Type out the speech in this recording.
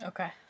Okay